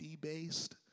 debased